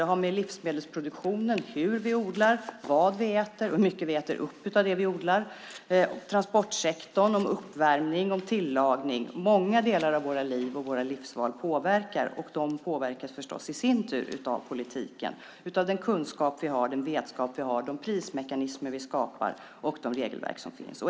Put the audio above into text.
De har att göra med livsmedelsproduktionen, hur vi odlar, vad vi äter och hur mycket vi äter upp av det vi odlar, med transportsektorn, med uppvärmning och tillagning. Många delar av våra liv och våra livsval påverkar, och de påverkas förstås i sin tur av politiken, av den kunskap vi har, den vetskap, de prismekanismer vi skapar och de regelverk som finns.